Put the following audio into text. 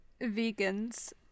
vegans